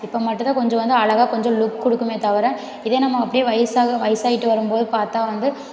இப்போ மட்டும்தான் கொஞ்சம் வந்து அழகாக கொஞ்சம் லுக் கொடுக்குமே தவிர இதே நம்ம அப்படியே வயசாக வயசாயிவிட்டு வரும் போது பார்த்தா வந்து